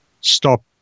stop